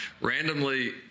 Randomly